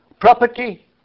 property